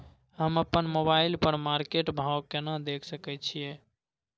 हम अपन मोबाइल पर मार्केट भाव केना देख सकै छिये?